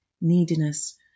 neediness